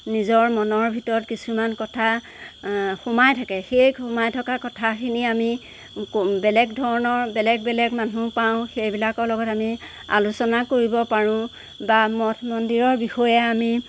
নিজৰ মনৰ ভিতৰত কিছুমান কথা সোমাই থাকে সেই সোমাই থকা কথাখিনি আমি বেলেগ ধৰণৰ বেলেগ বেলেগ মানুহ পাওঁ সেইবিলাকৰ লগত আমি আলোচনা কৰিব পাৰোঁ বা মঠ মন্দিৰৰ বিষয়ে আমি